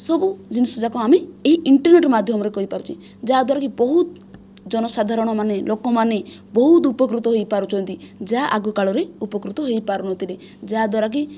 ସବୁ ଜିନିଷ ଯାକ ଆମେ ଏହି ଇଣ୍ଟରନେଟ ମାଧ୍ୟମରେ କରିପାରୁଛେ ଯାହାଦ୍ୱାରାକି ବହୁତ ଜନ ସାଧାରଣମାନେ ଲୋକମାନେ ବହୁତ ଉପକୃତ ହୋଇପାରୁଛନ୍ତି ଯାହା ଆଗ କାଳରେ ଉପକୃତ ହୋଇ ପାରୁନଥିଲେ ଯାହାଦ୍ୱାରାକି